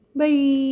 bye